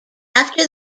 after